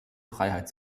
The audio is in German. freiheit